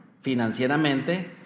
financieramente